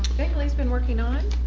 binggeli's been working on.